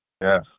Yes